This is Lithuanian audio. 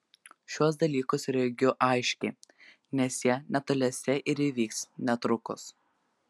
šiuos dalykus regiu aiškiai nes jie netoliese ir įvyks netrukus